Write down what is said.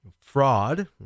fraud